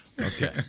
Okay